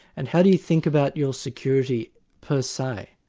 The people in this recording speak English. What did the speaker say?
and how do you think about your security per se?